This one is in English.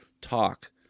talk